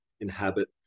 inhabit